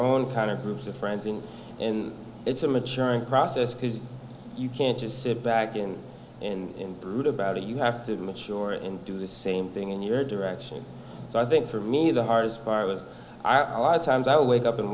own kind of groups of friends and in it's a maturing process because you can't just sit back and in read about it you have to be mature and do the same thing in your direction so i think for me the hardest part was are a lot of times i'll wake up and